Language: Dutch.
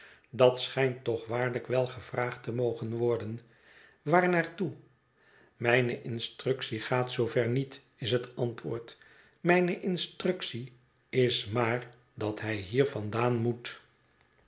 dat schijnt toch waarlijk wel gevraagd te mogen worden waar naar toe mijne instructie gaat zoover niet is het antwoord mijne instructie is maar dat hij hier vandaan moet